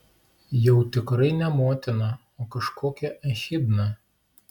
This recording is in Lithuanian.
jau tikrai ne motina o kažkokia echidna